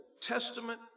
Testament